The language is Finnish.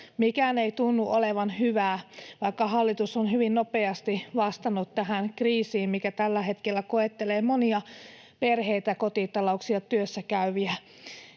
Mikään ei tunnu olevan hyvää, vaikka hallitus on hyvin nopeasti vastannut tähän kriisiin, mikä tällä hetkellä koettelee monia perheitä, kotitalouksia ja työssä käyviä.